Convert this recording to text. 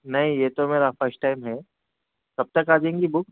نہیں یہ تو میرا فسٹ ٹائم ہے کب تک آ جائیں گی بک